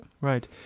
Right